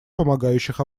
помогающих